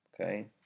Okay